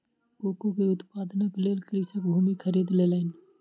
cocoa के उत्पादनक लेल कृषक भूमि खरीद लेलैन